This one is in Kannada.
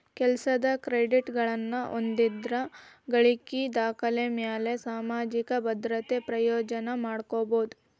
ಕೆಲಸದ್ ಕ್ರೆಡಿಟ್ಗಳನ್ನ ಹೊಂದಿದ್ರ ಗಳಿಕಿ ದಾಖಲೆಮ್ಯಾಲೆ ಸಾಮಾಜಿಕ ಭದ್ರತೆ ಪ್ರಯೋಜನ ಪಡ್ಕೋಬೋದು